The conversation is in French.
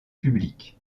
public